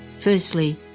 firstly